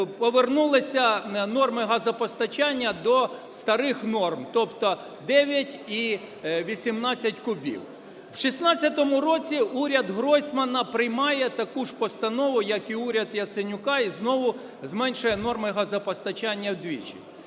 повернулися норми газопостачання до старих норм, тобто 9 і 18 кубів. В 16-му році уряд Гройсмана приймає таку ж постанову як і уряд Яценюка і знову зменшує норми газопостачання вдвічі.